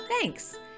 Thanks